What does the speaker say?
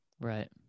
Right